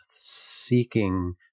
seeking